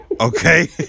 okay